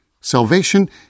Salvation